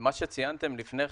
שמה שציינתם לפני כן,